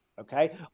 okay